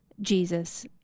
Jesus